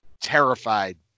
terrified